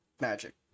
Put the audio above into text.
magic